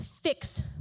fix